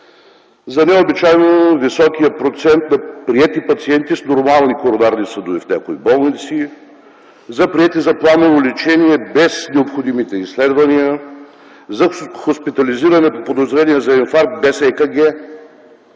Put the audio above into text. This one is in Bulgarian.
за необичайно високия процент на приети пациенти с нормални коронарни съдове в някои болници, за приети за планово лечение без необходимите изследвания, за хоспитализиране по подозрение за инфаркт без ЕКГ,